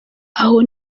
aho